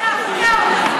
נראה לי שאתה עומד להפתיע אותי.